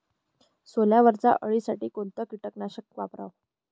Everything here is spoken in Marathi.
सोल्यावरच्या अळीसाठी कोनतं कीटकनाशक वापराव?